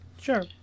sure